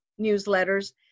newsletters